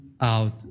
out